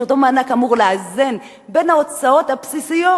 כשאותו מענק אמור לאזן בין ההוצאות הבסיסיות